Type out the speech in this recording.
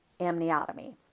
amniotomy